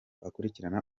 akurikirana